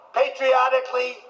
patriotically